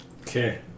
Okay